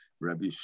Rabbi